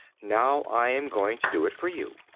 now i am going to do it for you.